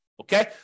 Okay